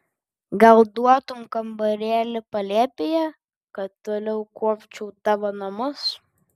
gal duotum kambarėlį palėpėje kad toliau kuopčiau tavo namus